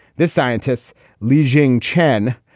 this scientists leaving chen,